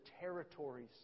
territories